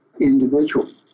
individual